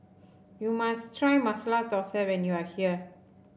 you must try Masala Thosai when you are here